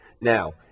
now